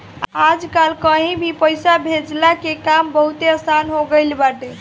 आजकल कहीं भी पईसा भेजला के काम बहुते आसन हो गईल बाटे